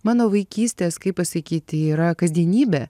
mano vaikystės kai pasakyt yra kasdienybė